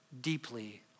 deeply